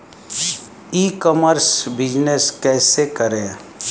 ई commerce business कैसे करें?